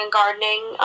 gardening